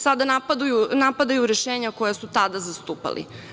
Sada napadaju rešenja koja su tada zastupali.